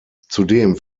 zudem